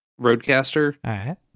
roadcaster